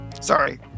Sorry